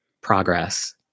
progress